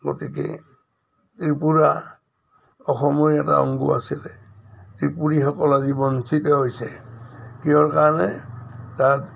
গতিকে ত্ৰিপুৰা অসমৰ এটা অংগ আছিলে ত্ৰিপুৰীসকল আজি বঞ্চিত হৈছে কিহৰ কাৰণে তাত